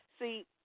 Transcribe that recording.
See